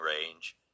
range